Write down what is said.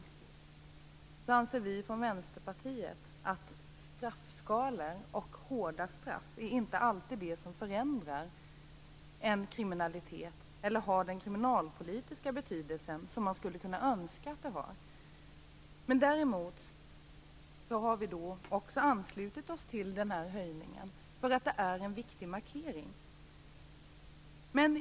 Däremot anser vi från Vänsterpartiet att straffskalor och hårda straff inte alltid är det som förändrar en kriminalitet eller har den kriminalpolitiska betydelse man skulle kunna önska att det hade. Däremot har vi också anslutit oss till den här höjningen därför att den är en viktig markering. Fru talman!